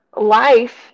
life